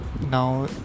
now